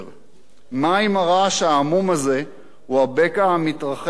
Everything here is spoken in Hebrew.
מה אם הרעש העמום הזה הוא הבקע המתרחב עד אימה